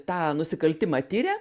tą nusikaltimą tiria